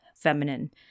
feminine